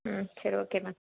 ம் சரி okay ma'am